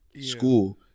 school